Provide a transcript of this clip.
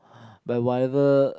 by whatever